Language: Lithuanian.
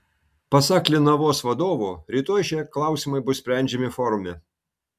pasak linavos vadovo rytoj šie klausimai bus sprendžiami forume